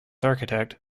architect